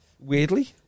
weirdly